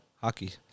hockey